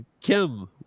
kim